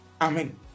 Amen